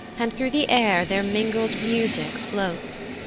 and through the air their mingled music floats.